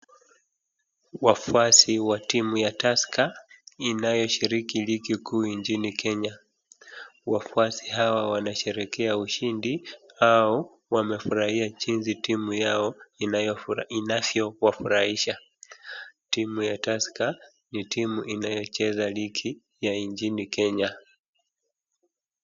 Wafuasi wa timu ya Tusker inayoshiriki ligi kuu nchini Kenya. Wafuasi hawa wanasherehekea ushindi au wamefurahia jinsi timu yao inavyowafurahisha. Timu ya Tusker ni timu inayocheza ligi ya nchini Kenya.